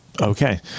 Okay